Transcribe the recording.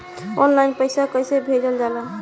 Online पैसा कैसे भेजल जाला?